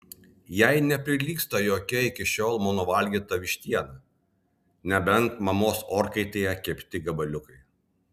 jai neprilygsta jokia iki šiol mano valgyta vištiena nebent mamos orkaitėje kepti gabaliukai